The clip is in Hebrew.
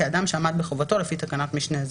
כאדם שעמד בחובתו לפי תקנת משנה זו".